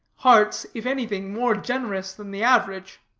hearts, if anything, more generous than the average.